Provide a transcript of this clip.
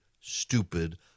stupid